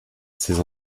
ces